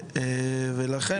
ולכם,